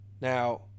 Now